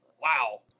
wow